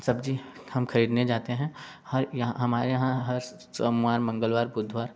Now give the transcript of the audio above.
सब्जी हम खरीदने जाते है हर यहाँ हमारे यहाँ हर सोमवार मंगलवार बुधवार